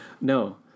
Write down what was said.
No